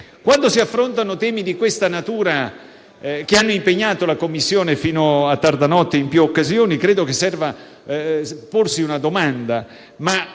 Quando si affrontano temi di questa natura, che hanno impegnato la Commissione fino a tarda notte in più occasioni, credo serva porsi una domanda: